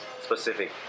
specific